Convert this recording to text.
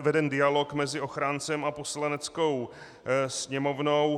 veden dialog mezi ochráncem a Poslaneckou sněmovnou.